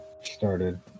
started